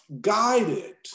guided